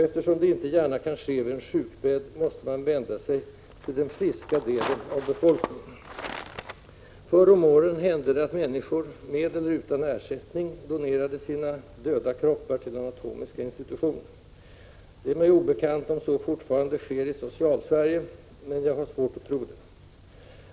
Eftersom det inte gärna kan ske vid en sjukbädd, måste man vända sig till den friska delen av befolkningen. Förr om åren hände det att människor — med eller utan ersättning — donerade sina döda kroppar till anatomiska institutioner. Det är mig obekant om så fortfarande sker i Socialsverige, men jag har svårt att tro det.